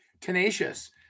tenacious